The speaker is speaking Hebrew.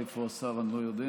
איפה השר אני לא יודע,